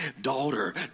daughter